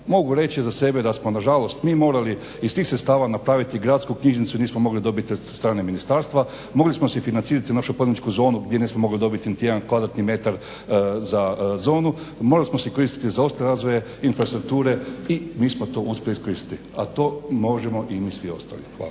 Mogu reći za sebe da smo nažalost mi morali iz tih sredstava napraviti gradsku knjižnicu nismo mogli dobiti od strane ministarstva. Mogli smo si financirati našu … zonu gdje nismo mogli dobiti niti jedan kvadratni metar za zonu, morali smo si koristiti razvoje infrastrukture i mi smo to uspjeli iskoristiti. A to možemo i mi svi ostali. Hvala.